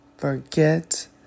Forget